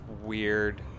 weird